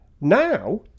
Now